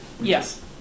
Yes